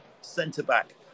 centre-back